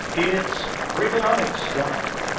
it's freakonomics time.